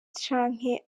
canke